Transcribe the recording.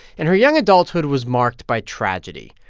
and her young adulthood was marked by tragedy.